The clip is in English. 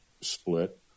split